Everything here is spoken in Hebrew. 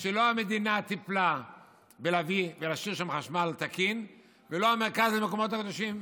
שלא המדינה טיפלה בלהשאיר שם חשמל תקין ולא המרכז למקומות הקדושים,